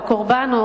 בקורבן,